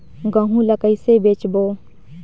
गहूं ला कइसे बेचबो?